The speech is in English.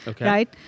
right